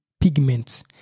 pigments